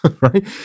right